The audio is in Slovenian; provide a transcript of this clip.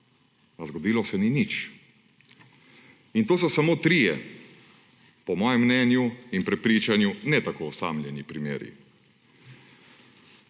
A zgodilo se ni nič. In to so samo trije, po mojem mnenju in prepričanju ne tako osamljeni, primeri.